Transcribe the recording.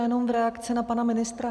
Jenom v reakci na pana ministra.